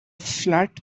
flat